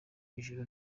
ijuru